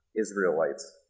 Israelites